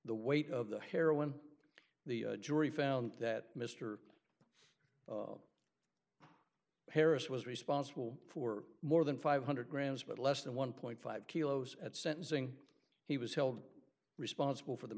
the weight of the heroin the jury found that mister harris was responsible for more than five hundred grams but less than one dollar kilos at sentencing he was held responsible for the